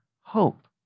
hope